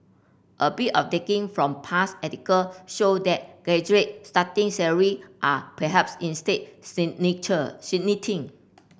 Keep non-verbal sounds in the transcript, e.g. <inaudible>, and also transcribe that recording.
a bit of digging from past article show that graduate starting salary are perhaps instead <unintelligible> stagnating